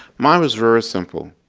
mine was very simple.